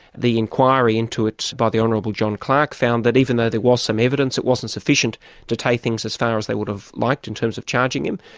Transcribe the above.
the inquiry into it by the honourable john clarke found that, even though there was some evidence, it wasn't sufficient to take things as far as they would've liked in terms of charging him,